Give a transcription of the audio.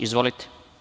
Izvolite.